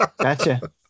Gotcha